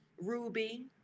Ruby